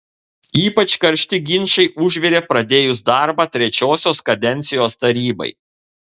ypač karšti ginčai užvirė pradėjus darbą trečiosios kadencijos tarybai